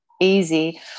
easy